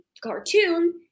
cartoon